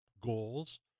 goals